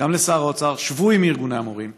וגם לשר האוצר: שבו עם ארגוני המורים,